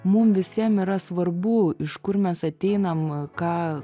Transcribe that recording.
mum visiem yra svarbu iš kur mes ateinam ką